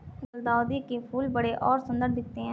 गुलदाउदी के फूल बड़े और सुंदर दिखते है